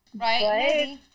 right